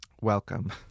Welcome